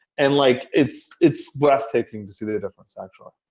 and like it's it's breath-taking to see the difference actually.